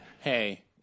Hey